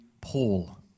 Paul